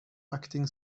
acting